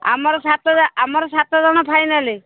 ଆମର ସାତ ଆମର ସାତ ଜଣ ଫାଇନାଲ